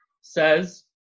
says